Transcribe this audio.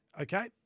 Okay